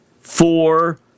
four